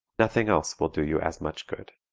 nothing else will do you as much good.